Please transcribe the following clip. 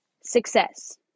success